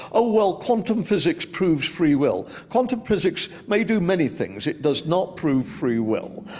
oh, well, quantum physics proves free will. quantum physics may do many things. it does not prove free will.